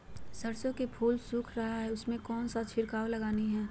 सरसो का फल सुख रहा है उसमें कौन सा छिड़काव लगानी है?